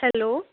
hello